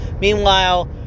Meanwhile